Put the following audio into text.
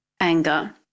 anger